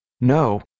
No